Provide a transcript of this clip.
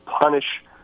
punish